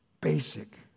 Basic